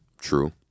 True